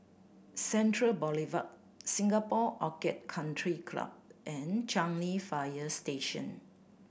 Central Boulevard Singapore Orchid Country Club and Changi Fire Station